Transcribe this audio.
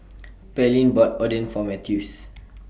Pearline bought Oden For Mathews